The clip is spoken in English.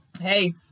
Hey